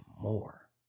more